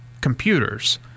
computers